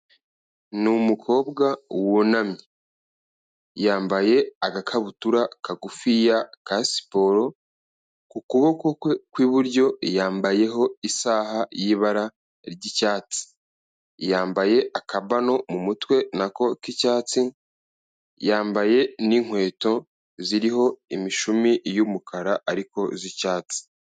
Ni umukobwa wunamye, yambaye agakabutura kagufi ya ka siporo, ku kuboko kwe kw'iburyo yambayeho isaha y'ibara ry'icyatsi, yambaye akabano mu mutwe n'ako k'icyatsi, yambaye n'inkweto ziriho imishumi y'umukara ariko z'icyatsi.